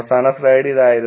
അവസാന സ്ലൈഡ് ഇതായിരുന്നു